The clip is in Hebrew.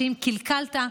שאם קלקלת,